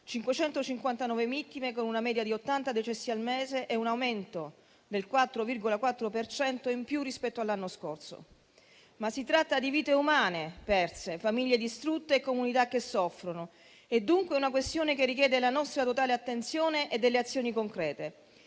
559 vittime, con una media di 80 decessi al mese e un aumento del 4,4 per cento in più rispetto all'anno scorso. Ma si tratta di vite umane perse, famiglie distrutte e comunità che soffrono. È dunque una questione che richiede la nostra totale attenzione e delle azioni concrete.